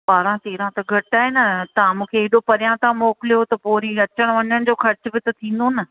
ॿारहं तेरहं त घटि आहे न तव्हां मूंखे हेॾो परियां था मोकिलियो पोइ वरी अचणु वञण जो ख़र्चु बि त थींदो न